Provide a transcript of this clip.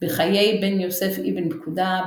בחיי בן יוסף אבן פקודה,